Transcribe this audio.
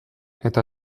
eta